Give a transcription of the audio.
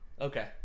Okay